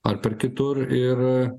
ar per kitur ir